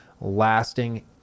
lasting